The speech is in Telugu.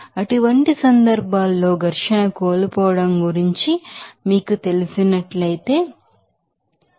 అటువంటి సందర్భాల్లో ఫ్రిక్షన్ కోల్పోవడం గురించి మీకు తెలిసిన ట్లయితే మీరు చూస్తారు